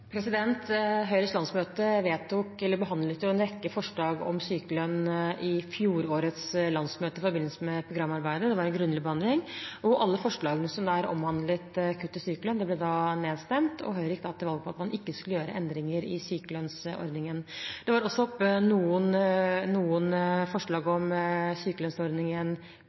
Høyres landsmøte behandlet en rekke forslag om sykelønn på fjorårets landsmøte i forbindelse med programarbeidet – det var en grundig behandling – og alle forslagene som omhandlet kutt i sykelønnen, ble da nedstemt, og Høyre gikk til valg på at man ikke skulle gjøre endringer i sykelønnsordningen. På landsmøtet i helgen var det også oppe til behandling noen forslag om sykelønnsordningen,